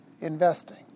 investing